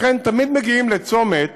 לכן, תמיד מגיעים לצומת